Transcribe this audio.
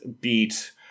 beat